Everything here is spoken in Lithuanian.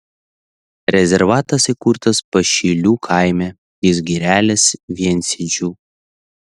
rezervatas įkurtas pašilių kaime ties girelės viensėdžiu